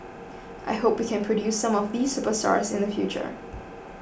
I hope we can produce some of these superstars in the future